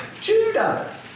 Judah